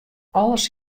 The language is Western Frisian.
alles